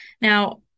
Now